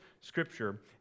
scripture